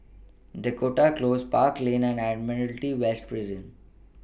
Dakota Close Park Lane and Admiralty West Prison